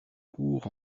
court